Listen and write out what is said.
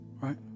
right